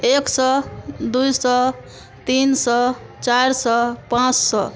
एक सौ दो सौ तीन सौ चार सौ पाँच सौ